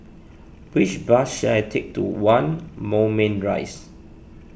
which bus should I take to one Moulmein Rise